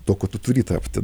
tuo kuo tu turi tapti